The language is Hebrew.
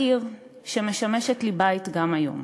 העיר שמשמשת לי בית גם היום.